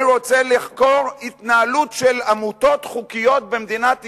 אני רוצה לחקור התנהלות של עמותות חוקיות במדינת ישראל,